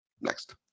Next